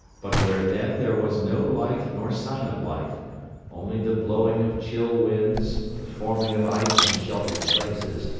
but where then there was no life nor sign of life only the blowing of chill winds, the forming of ice in sheltered places,